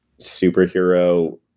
superhero